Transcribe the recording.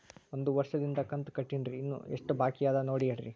ಒಂದು ವರ್ಷದಿಂದ ಕಂತ ಕಟ್ಟೇನ್ರಿ ಇನ್ನು ಎಷ್ಟ ಬಾಕಿ ಅದ ನೋಡಿ ಹೇಳ್ರಿ